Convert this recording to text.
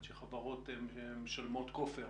חברות משלמות כופר